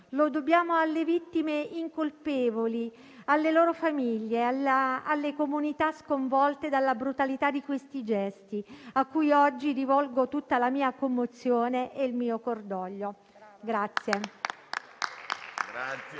Lo dobbiamo alle vittime incolpevoli, alle loro famiglie, alle comunità sconvolte dalla brutalità di questi gesti a cui oggi rivolgo tutta la mia commozione e il mio cordoglio.